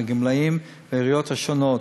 הגמלאים והעיריות השונות.